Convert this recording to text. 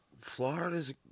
Florida's